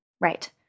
right